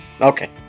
okay